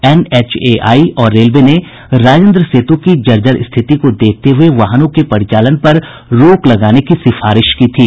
NHAI और railway ने राजेन्द्र सेतु की जर्जर स्थिति को देखते हये वाहनों के परिचालन पर रोक लगाने की सिफारिश की थी